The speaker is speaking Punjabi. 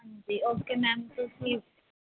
ਹੰਜੀ ਓਕੇ ਮੈਮ ਤੁਸੀਂ